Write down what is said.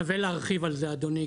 שווה להרחיב על זה, אדוני.